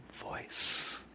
voice